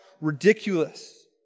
ridiculous